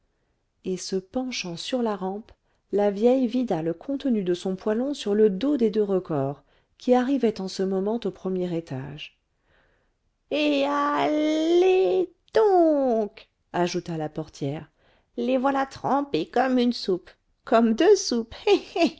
et se penchant sur la rampe la vieille vida le contenu de son poêlon sur le dos des deux recors qui arrivaient en ce moment au premier étage et alllllez donc ajouta la portière les voilà trempés comme une soupe comme deux